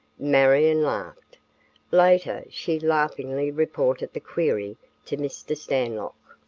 marion laughed later she laughingly reported the query to mr. stanlock.